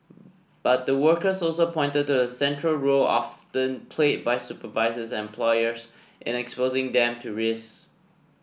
but the workers also pointed to the central role often then played by supervisors and employers in exposing them to risks